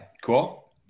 cool